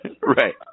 Right